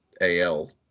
AL